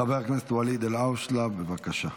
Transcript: חבר הכנסת ואליד אלהואשלה, בבקשה.